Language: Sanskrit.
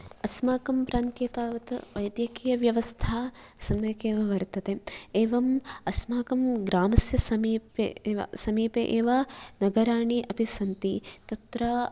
अस्माकं प्रान्ते तावत् वैद्यकीयव्यवस्था सम्यक् एव वर्तते एवम् अस्माकं ग्रामस्य समीपे समीपे एव नगराणि अपि सन्ति तत्र